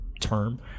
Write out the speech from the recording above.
term